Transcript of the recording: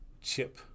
chip